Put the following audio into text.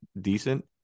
decent